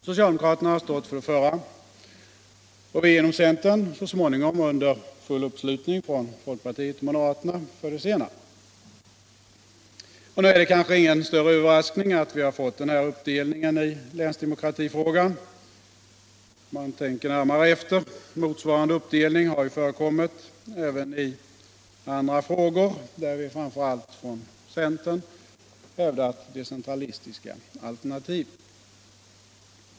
Socialdemokraterna har stått för det förra och vi inom centern — så småningom under full uppslutning från folkpartiet och moderaterna — för det senare. Det är kanske ingen större överraskning att vi har fått denna uppdelning i länsdemokratifrågan, om man tänker närmare efter. Motsvarande uppdelning har förekommit även i andra frågor där vi framför allt från centern hävdat decentralistiska alternativ.